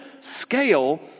scale